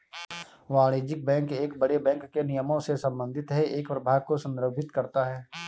वाणिज्यिक बैंक एक बड़े बैंक के निगमों से संबंधित है एक प्रभाग को संदर्भित करता है